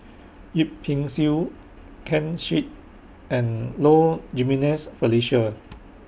Yip Pin Xiu Ken Seet and Low Jimenez Felicia